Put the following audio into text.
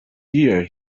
year